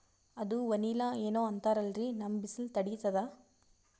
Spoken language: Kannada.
ಅದು ವನಿಲಾ ಏನೋ ಅಂತಾರಲ್ರೀ, ನಮ್ ಬಿಸಿಲ ತಡೀತದಾ?